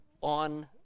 on